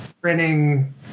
printing